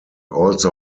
also